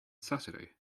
saturday